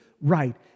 right